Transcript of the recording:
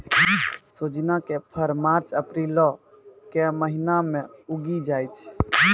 सोजिना के फर मार्च अप्रीलो के महिना मे उगि जाय छै